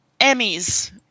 Emmys